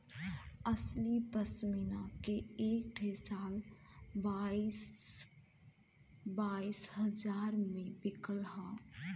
असली पश्मीना के एक ठे शाल बाईस बाईस हजार मे बिकत हौ